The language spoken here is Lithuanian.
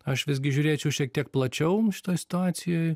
aš visgi žiūrėčiau šiek tiek plačiau šitoj situacijoj